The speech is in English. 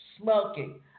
smoking